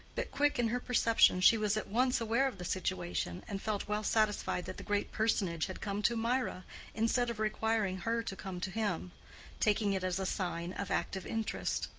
but quick in her perceptions she was at once aware of the situation, and felt well satisfied that the great personage had come to mirah instead of requiring her to come to him taking it as a sign of active interest.